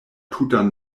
tutan